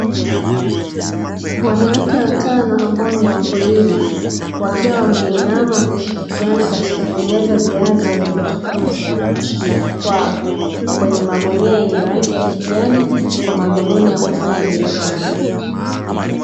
Wanawake watano ambao ni wakulima wakiwa wameinama wakishirikiana katika kujaza viazi walivyotoka kuvuna mashambani kwao, kwenye magunia ya rangi ya kijani kwa madhumuni ya kufanya biashara.